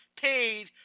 paid